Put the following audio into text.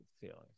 feelings